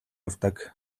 авдаг